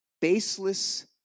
Baseless